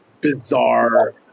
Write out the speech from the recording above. bizarre